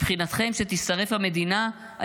מבחינתכם שתישרף המדינה,